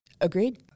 Agreed